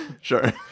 Sure